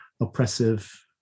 oppressive